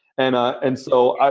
and ah and so,